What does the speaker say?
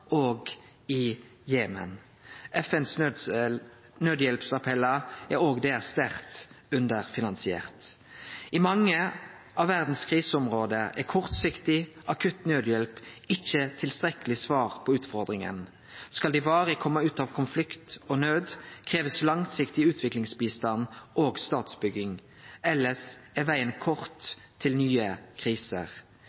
og i Jemen. FNs nødhjelpsappellar er også der sterkt underfinansierte. I mange av verdas kriseområde er kortsiktig, akutt nødhjelp ikkje tilstrekkeleg svar på utfordringa. Skal dei varig kome ut av konflikt og nød, krevst det langsiktig utviklingsbistand og statsbygging. Elles er vegen kort